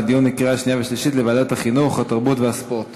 לוועדת החינוך, התרבות והספורט